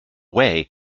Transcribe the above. way